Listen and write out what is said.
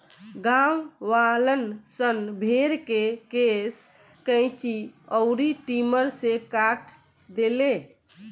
गांववालन सन भेड़ के केश कैची अउर ट्रिमर से काट देले